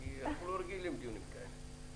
אנחנו לא רגילים לדיונים כאלה.